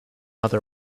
other